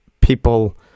people